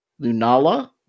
Lunala